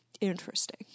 interesting